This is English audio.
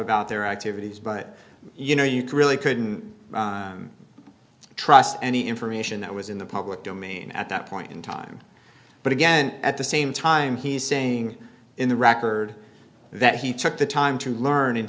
about their activities but you know you can really couldn't trust any information that was in the public domain at that point in time but again at the same time he's saying in the record that he took the time to learn and